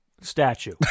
Statue